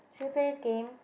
should we play this game